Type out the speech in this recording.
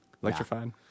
Electrified